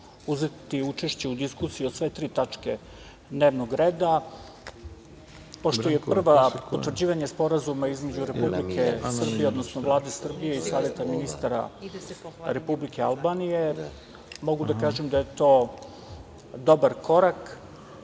uzeti učešće u diskusiji o sve tri tačke dnevnog reda. Pošto je prva potvrđivanje Sporazuma između Republike Srbije, odnosno Vlade Srbije i Saveta ministara Republike Albanije, mogu da kažem da je to dobar korak